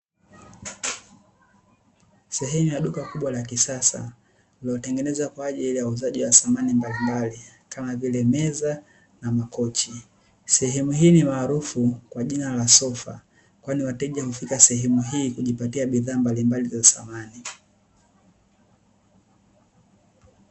Sehemu ya duka kubwa la kisasa, lililotengenezwa kwa ajili ya uuzaji wa samani mbalimbali kama vile meza na makochi. Sehemu hii ni maarufu kwa jina la sofa, kwani wateja hufika sehemu hii, kujipatia bidhaa mbalimbali za samani.